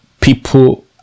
people